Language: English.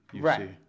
Right